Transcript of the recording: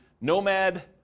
nomad